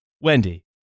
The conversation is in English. Wendy